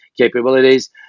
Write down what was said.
capabilities